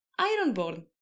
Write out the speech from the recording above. Ironborn